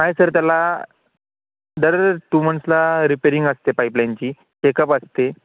नाही सर त्याला दर टू मंथ्सला रिपेरिंग असते पाईपलाईनची चेकअप असते